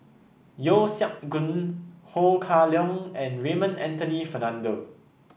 Yeo Siak Goon Ho Kah Leong and Raymond Anthony Fernando